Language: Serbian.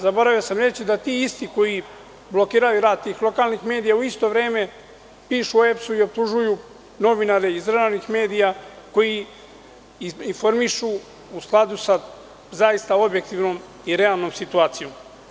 Zaboravio sam reći da ti isti koji blokiraju rad tih lokalnih medija u isto vreme pišu o EPS-u i optužuju novinare iz državnih medija koji informišu u skladu sa zaista objektivnom i realnom situacijom.